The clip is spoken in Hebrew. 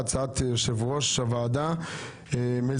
הצעת חוק הבנקאות (שירות ללקוח)